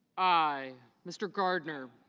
i. mr. gardner